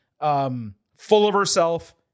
full-of-herself